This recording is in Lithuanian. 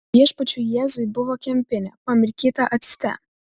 viešpačiui jėzui buvo kempinė pamirkyta acte